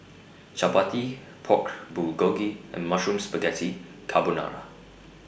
Chapati Pork Bulgogi and Mushroom Spaghetti Carbonara